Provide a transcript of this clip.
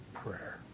prayer